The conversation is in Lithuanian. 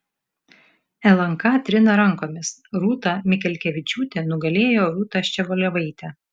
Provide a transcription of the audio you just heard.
lnk trina rankomis rūta mikelkevičiūtė nugalėjo rūtą ščiogolevaitę